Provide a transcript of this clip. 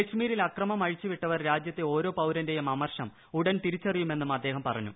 കശ്മീരിൽ അക്രമം അഴിച്ചുവിട്ടവർ രാജ്യത്തെ ഓരോ പൌരന്റേയും അമർഷം ഉടൻ തിരിച്ചറിയുമെന്ന് അദ്ദേഹം പറഞ്ഞു